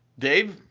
dave.